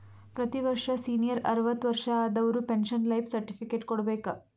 ಪ್ರತಿ ವರ್ಷ ಸೀನಿಯರ್ ಅರ್ವತ್ ವರ್ಷಾ ಆದವರು ಪೆನ್ಶನ್ ಲೈಫ್ ಸರ್ಟಿಫಿಕೇಟ್ ಕೊಡ್ಬೇಕ